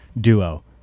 duo